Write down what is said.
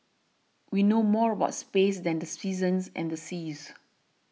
we know more about space than the seasons and the seas